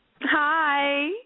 Hi